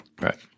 right